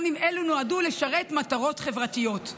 גם אם אלו נועדו לשרת מטרות חברתיות.